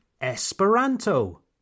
Esperanto